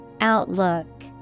Outlook